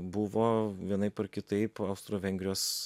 buvo vienaip ar kitaip austro vengrijos